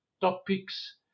topics